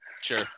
Sure